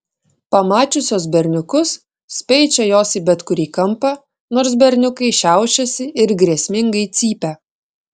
pamačiusios berniukus speičia jos į bet kurį kampą nors berniukai šiaušiasi ir grėsmingai cypia